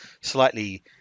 slightly